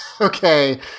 Okay